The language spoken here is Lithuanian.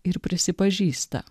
ir prisipažįsta